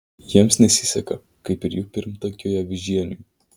jiems nesiseka kaip ir jų pirmtakui avižieniui